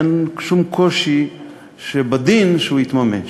אין שום קושי בדין שהוא יתממש.